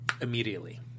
Immediately